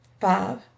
Five